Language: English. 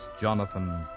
Jonathan